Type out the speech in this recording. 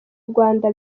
rwanda